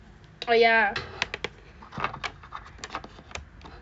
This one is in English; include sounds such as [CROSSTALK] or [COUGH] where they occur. oh ya [NOISE]